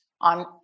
on